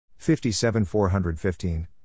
57415